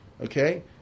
Okay